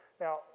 Now